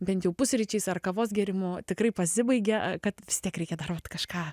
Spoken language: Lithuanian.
bent jau pusryčiais ar kavos gėrimu tikrai pasibaigia kad vis tiek reikia dar vat kažką